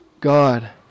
God